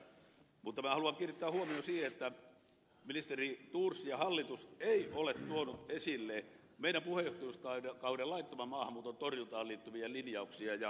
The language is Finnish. mutta minä haluan kiinnittää huomion siihen että ministeri thors ja hallitus eivät ole tuoneet esille meidän puheenjohtajuuskaudellamme laittoman maahanmuuton torjuntaan liittyneitä linjauksia ja aloitteita